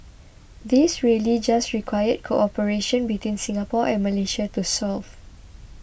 these really just required cooperation between Singapore and Malaysia to solve